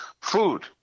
food